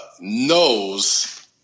knows